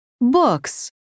Books